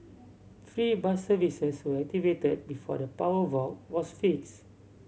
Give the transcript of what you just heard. free bus services were activated before the power wall was fix